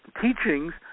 teachings